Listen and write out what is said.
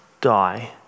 die